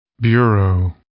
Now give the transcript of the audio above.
bureau